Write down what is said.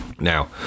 Now